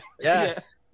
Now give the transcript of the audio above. Yes